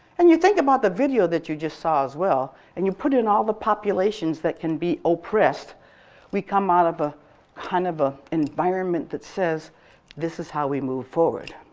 and you think about the video that you just saw as well and you put in all the populations that can be oppressed we come out of an ah kind of ah environment that says this is how we move forward.